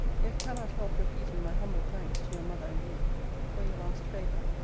yet cannot help repeating my humble thanks to your mother and you for your last favour.